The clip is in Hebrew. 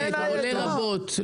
לרבות.